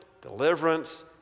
deliverance